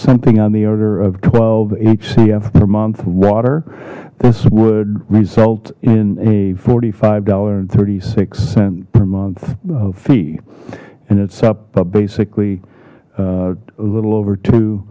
something on the order of twelve hcf per month water this would result in a forty five dollars and thirty six and per month fee and it's up basically a little over two